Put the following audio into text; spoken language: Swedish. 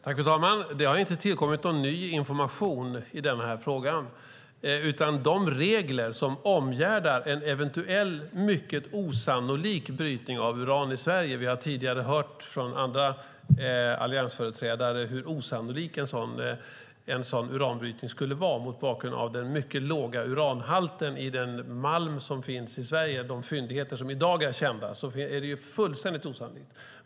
Fru talman! Det har inte tillkommit någon ny information i den här frågan. Vi har tidigare hört från andra alliansföreträdare hur osannolik en sådan uranbrytning skulle vara mot bakgrund av den mycket låga uranhalten i den malm som finns i de fyndigheter som i dag är kända i Sverige. Det är fullständigt osannolikt.